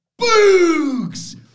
Boogs